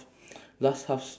last half s~